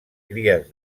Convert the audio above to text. cries